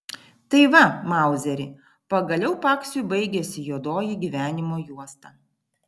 tai va mauzeri pagaliau paksiui baigėsi juodoji gyvenimo juosta